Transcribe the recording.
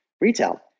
retail